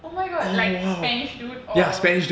oh my god like spanish dude or